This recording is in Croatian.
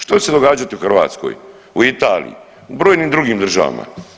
Što će se događati u Hrvatskoj, u Italiji, u brojnim drugim državama?